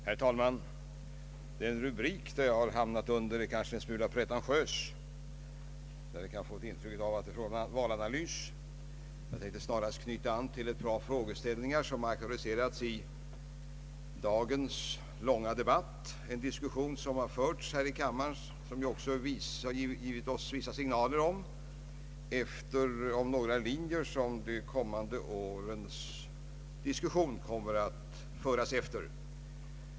Herr talman! Den rubrik jag hamnat under är kanske en smula pretentiös. Man kan få ett intryck av att jag skall göra en valanalys, men jag tänkte snarast knyta an till ett par frågeställningar som har aktualiserats i dagens långa debatt. Den diskussion som förts här i kammaren har givit oss vissa signaler om efter vilka linjer de kommande årens debatt kommer att föras.